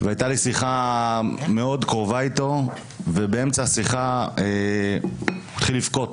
והייתה לי שיחה מאוד קרובה איתו ובאמצע השיחה הוא התחיל לבכות.